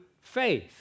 faith